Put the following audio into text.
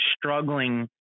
struggling